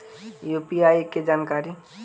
UPI के जानकारी?